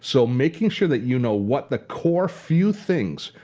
so making sure that you know what the core few things,